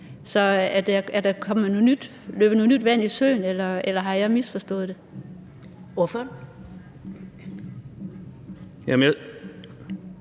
Så er der løbet nyt vand i søen, eller har jeg misforstået det? Kl. 11:01 Første